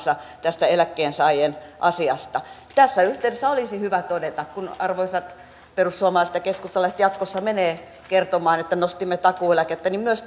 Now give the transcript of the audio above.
tästä eläkkeensaajien asiasta tässä yhteydessä olisi hyvä todeta kun arvoisat perussuomalaiset ja keskustalaiset jatkossa menevät kertomaan että nostimme takuueläkettä myös